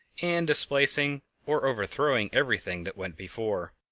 and displacing or overthrowing everything that went before.